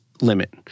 limit